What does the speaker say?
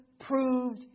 proved